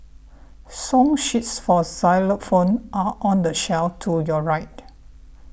song sheets for xylophone are on the shelf to your right